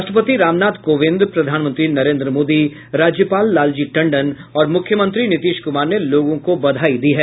राष्ट्रपति रामनाथ कोविंद प्रधानमंत्री नरेन्द्र मोदी राज्यपाल लालजी टंडन और मुख्यमंत्री नीतीश कुमार ने लोगों को बधाई दी है